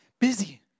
busy